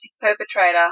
perpetrator